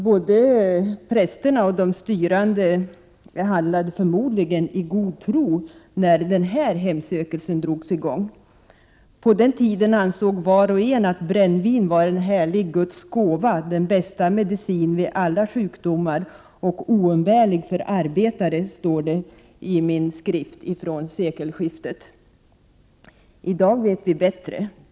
Både prästerna och de styrande handlade förmodligen i god tro när den här hemsökelsen drogs i gång. ”På denna tid ansåg var och en att brännvin var en härlig Guds gåfva, den bästa medicin vid alla sjukdomar och oumbärlig för arbetare”, står det i min skrift från sekelskiftet. I dag vet vi bättre.